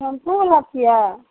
टेम्पूवला छिए